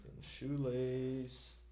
shoelace